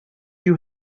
you